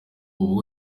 ubu